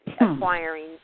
acquiring